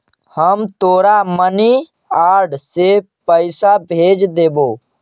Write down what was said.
हम तोरा money order से पइसा भेज देबो